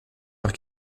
leur